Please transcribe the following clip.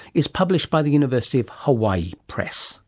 is published by the university of hawaii press